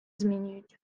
змінюють